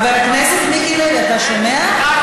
חבר הכנסת מיקי לוי, אתה שומע?